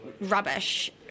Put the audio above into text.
rubbish